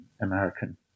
American